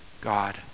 God